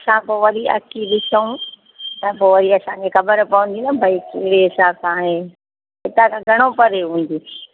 असां पोइ वरी अची ॾिसऊं त पोइ वरी असांखे ख़बरु पवंदी न भई कहिड़े हिसाब सां हाणे हितां खां घणो परे हूंदी